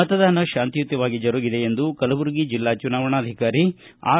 ಮತದಾನ ಶಾಂತಿಯುತವಾಗಿ ಜರುಗಿದೆ ಎಂದು ಕಲಬುರಗಿ ಜೆಲ್ಲಾ ಚುನಾವಣಾಧಿಕಾರಿ ಆರ್